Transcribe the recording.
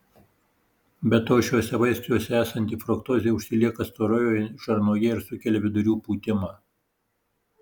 be to šiuose vaisiuose esanti fruktozė užsilieka storojoje žarnoje ir sukelia vidurių pūtimą